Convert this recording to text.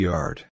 Yard